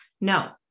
No